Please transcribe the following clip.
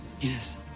Yes